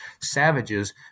savages